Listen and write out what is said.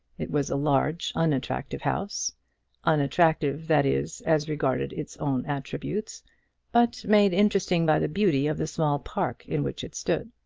it was a large unattractive house unattractive, that is, as regarded its own attributes but made interesting by the beauty of the small park in which it stood.